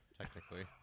technically